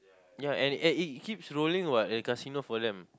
ya and and and it keeps rolling for them what casino for them